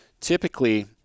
typically